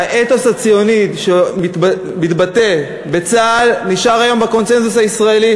האתוס הציוני שמתבטא בצה"ל נשאר היום בקונסנזוס הישראלי.